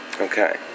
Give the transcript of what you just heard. Okay